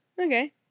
Okay